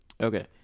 Okay